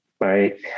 right